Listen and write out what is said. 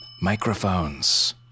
Microphones